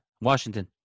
Washington